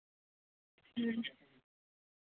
ᱦᱮᱸ